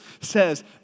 says